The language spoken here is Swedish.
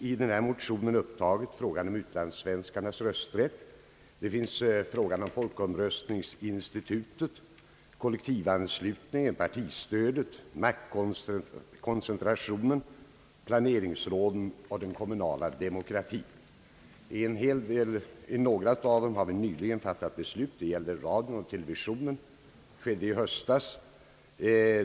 I motionen har upptagits frågan om utlandssvenskarnas rösträtt och frågan om folkomröstningsinstitutet, = kollektivanslutningen, partistödet, maktkoncentrationen, planeringsråden och den kommunala demokratien, I några av dessa frågor har vi nyligen fattat beslut — så skedde i höstas när det gäller radion och televisionen.